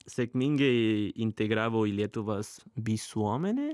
sėkmingai integravo į lietuvos visuomenę